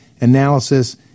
analysis